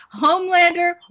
Homelander